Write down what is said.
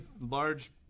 large